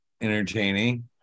entertaining